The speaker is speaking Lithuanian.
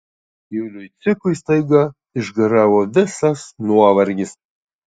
juliui cikui staiga išgaravo visas nuovargis